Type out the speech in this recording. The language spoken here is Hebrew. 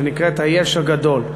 שנקראת "היש הגדול".